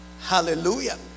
Hallelujah